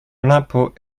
l’impôt